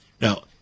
Now